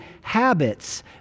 habits